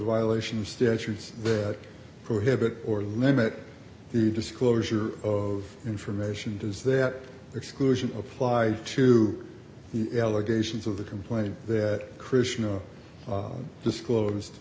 violation statutes that prohibit or limit the disclosure of information does that exclusion apply to the allegations of the complaint that krishna disclosed